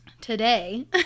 Today